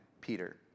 Peter